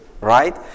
right